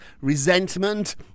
resentment